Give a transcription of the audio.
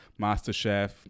MasterChef